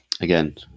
Again